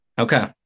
Okay